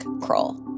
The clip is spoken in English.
Kroll